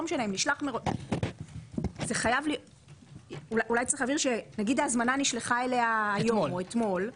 אולי צריך להבהיר שנגיד ההזמנה נשלחה היום או אתמול,